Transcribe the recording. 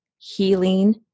Healing